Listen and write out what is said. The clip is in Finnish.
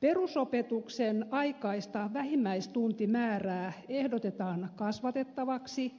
perusopetuksenaikaista vähimmäistuntimäärää ehdotetaan kasvatettavaksi